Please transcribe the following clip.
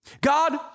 God